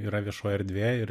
yra viešoji erdvė ir